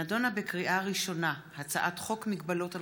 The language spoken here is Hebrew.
נדונה בקריאה ראשונה הצעת חוק מגבלות על